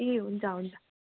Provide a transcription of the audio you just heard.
ए हुन्छ हुन्छ